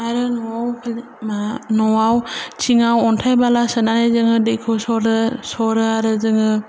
आरो न'आव मा न'आव थिङाव अनथाइ बाला सोनानै जोङो दैखौ सरो सरो आरो जोङो